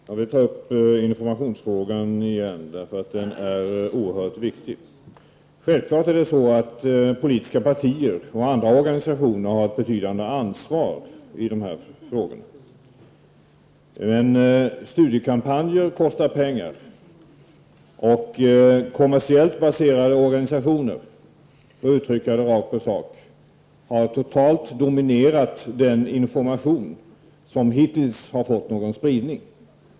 Herr talman! Jag vill återigen ta upp informationsfrågan, eftersom den är oerhört viktig. Politiska partier och andra organisationer har självfallet ett betydande ansvar i dessa frågor. Studiekampanjer kostar dock pengar. Kommersiellt baserade organisationer, för att uttrycka det rakt på sak, har totalt dominerat den information som hittills har fått någon spridning.